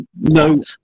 No